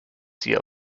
sie